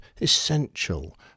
essential